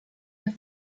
der